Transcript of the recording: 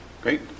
Great